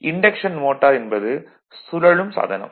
induction motor என்பது சூழலும் சாதனம்